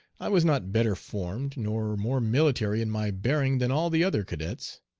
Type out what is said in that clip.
i was not better formed, nor more military in my bearing than all the other cadets.